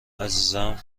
عزیزم